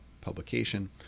publication